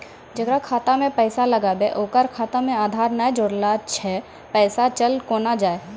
जेकरा खाता मैं पैसा लगेबे ओकर खाता मे आधार ने जोड़लऽ छै पैसा चल कोना जाए?